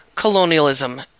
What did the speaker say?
Colonialism